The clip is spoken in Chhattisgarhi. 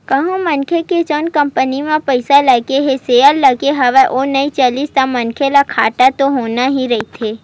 कहूँ मनखे के जउन कंपनी म पइसा लगे हे सेयर लगे हवय ओहा नइ चलिस ता मनखे ल घाटा तो होना ही रहिथे